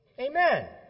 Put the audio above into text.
Amen